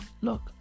Look